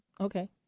okay